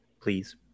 please